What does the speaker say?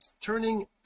turning